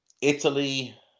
Italy